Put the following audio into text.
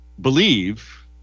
believe